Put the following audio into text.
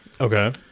Okay